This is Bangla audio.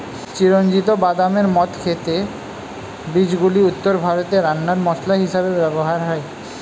চিরঞ্জিত বাদামের মত খেতে বীজগুলি উত্তর ভারতে রান্নার মসলা হিসেবে ব্যবহার হয়